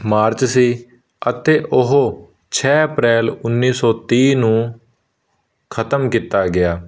March ਸੀ ਅਤੇ ਉਹ ਛੇ ਅਪ੍ਰੈਲ ਉੱਨੀ ਸੌ ਤੀਹ ਨੂੰ ਖਤਮ ਕੀਤਾ ਗਿਆ